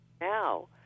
now